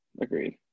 agreed